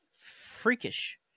freakish